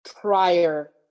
prior